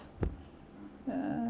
uh